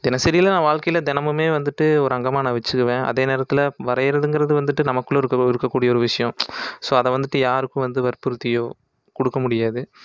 தினசரியில நான் வாழ்க்கையில் தினமுமே வந்துவிட்டு ஒரு அங்கமாக நான் வச்சுக்கிவேன் அதே நேரத்தில் வரையிறதுங்கிற வந்துவிட்டு நமக்குள்ளே இருக்க இருக்க கூடிய ஒரு விஷயம் ஸோ அதை வந்துவிட்டு யாருக்கும் வந்து வற்புறுத்தியோ கொடுக்க முடியாது